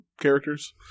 characters